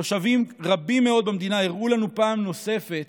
תושבים רבים מאוד במדינה הראו לנו פעם נוספת